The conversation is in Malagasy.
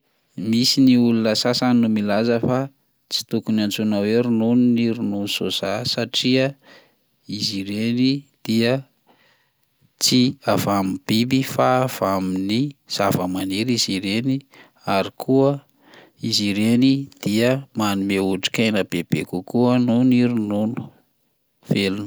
Misy ny olona sasany milaza fa tsy tokony antsoina hoe ronono ny ronono soja satria izy ireny dia tsy avy amin'ny biby fa avy amin'ny zava-maniry izy ireny ary koa izy ireny dia manome otrikaina bebe kokoa noho ny ronono velona.